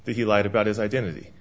that he lied about his identity